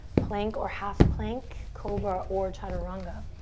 plank or half plank, cobra or chaturanga.